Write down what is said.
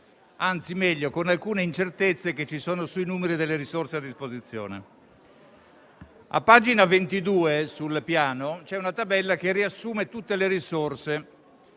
anzi, meglio, con alcune incertezze che ci sono sui numeri delle risorse a disposizione. A pagina 22 del Piano c'è una tabella che riassume tutte le risorse: